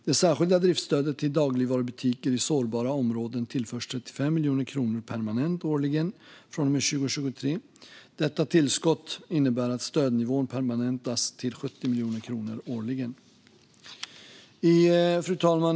Det särskilda driftsstödet till dagligvarubutiker i sårbara områden tillförs 35 miljoner kronor permanent årligen från och med 2023. Detta tillskott innebär att stödnivån permanentas till 70 miljoner kronor årligen. Fru talman!